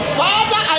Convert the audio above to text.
father